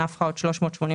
נפחא עוד 385,